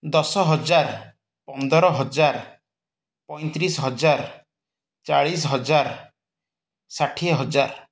ଦଶ ହଜାର ପନ୍ଦର ହଜାର ପଇଁତିରିଶ ହଜାର ଚାଳିଶ ହଜାର ଷାଠିଏ ହଜାର